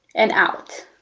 and out.